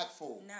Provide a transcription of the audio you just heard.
No